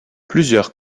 plusieurs